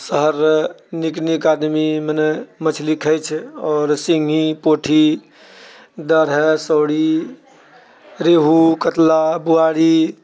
शहर निक निक आदमी मने मछली खाइ छै आओर सिङ्घी पोठही डरैह शौरी रेहू कतला बुआरी